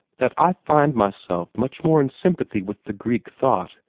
that i find myself much more in sympathy with the greek thought,